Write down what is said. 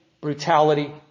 brutality